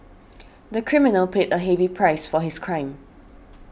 the criminal paid a heavy price for his crime